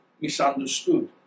misunderstood